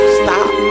stop